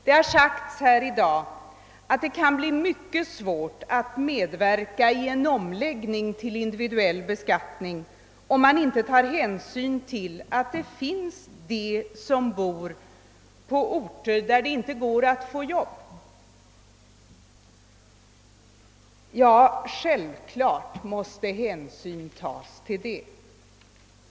Det har i dag sagts att det kan bli mycket svårt att medverka vid en omläggning till individuell beskattning om man inte tar hänsyn till att det finns människor som bor på orter där det inte går att få jobb. Ja, naturligtvis måste hänsyn tas härtill.